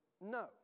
no